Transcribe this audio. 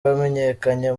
wamenyekanye